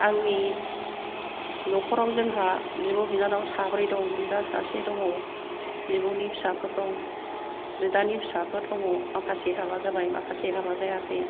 आंनि न'खराव जोंहा बिब' बिनानाव साब्रै दङ बिदा सासे दङ बिब'नि फिसाफोर दं बिदानि फिसाफोर दङ माखासे हाबा जाबाय माखासे हाबा जायाखै